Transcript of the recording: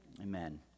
amen